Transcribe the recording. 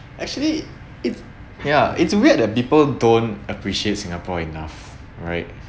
actually it's ya it's weird that people don't appreciate singapore enough right